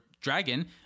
dragon